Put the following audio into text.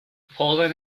pollen